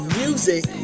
music